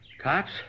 Cops